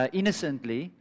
innocently